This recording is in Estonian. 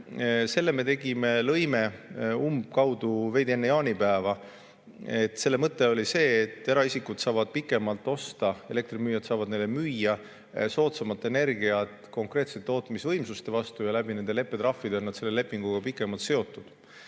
selle trahvi me lõime umbkaudu veidi enne jaanipäeva – oli see, et eraisikud saavad pikemalt osta, elektrimüüjad saavad neile müüa soodsamat energiat konkreetsete tootmisvõimsuste vastu ja nende leppetrahvide kaudu on nad selle lepinguga pikemalt seotud.